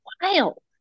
wild